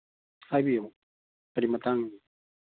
ꯍꯥꯏꯕꯤꯌꯨ ꯀꯔꯤ ꯃꯇꯥꯡꯒꯤ